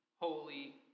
holy